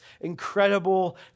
incredible